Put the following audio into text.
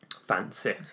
Fancy